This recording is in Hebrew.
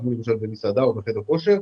כמו במסעדה או חדר כושר.